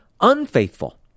unfaithful